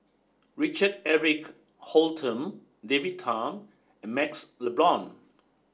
Richard Eric Holttum David Tham and MaxLe Blond